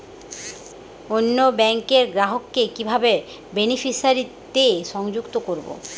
অন্য ব্যাংক র গ্রাহক কে কিভাবে বেনিফিসিয়ারি তে সংযুক্ত করবো?